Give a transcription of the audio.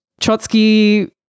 Trotsky